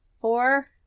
four